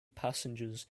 passengers